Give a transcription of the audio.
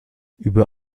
über